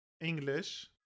English